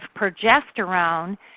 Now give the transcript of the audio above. progesterone